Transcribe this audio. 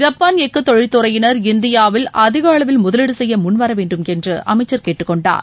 Japan எஃகு தொழில்துறையினா் இந்தியாவில் அதிக அளவில் முதலீடு செய்ய முன்வர வேண்டும் என்று அமைச்சர் கேட்டுக்கொண்டார்